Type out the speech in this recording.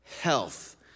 health